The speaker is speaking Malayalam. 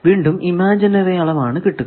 വീണ്ടും ഇമാജിനറി അളവാണ് കിട്ടുക